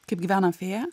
kaip gyvena fėja